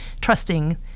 trusting